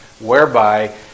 whereby